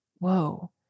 whoa